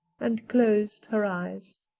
and closed her eyes.